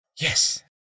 Yes